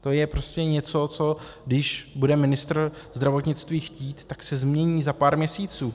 To je prostě něco, co když bude ministr zdravotnictví chtít, tak se změní za pár měsíců.